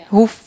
Hoe